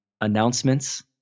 announcements